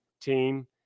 team